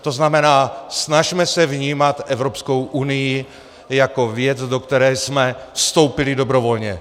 To znamená, snažme se vnímat Evropskou unii jako věc, do které jsme vstoupili dobrovolně.